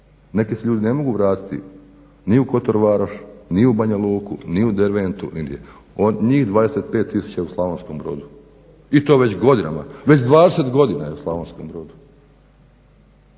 neki se ljudi ne mogu vratiti ni u Kotor varoš, ni u Banja Luku, ni u Derventu ni igdje. Njih 25 tisuća je u Slavonskom Brodu i to već godinama, već 20 godina su u Slavonskom Brodu.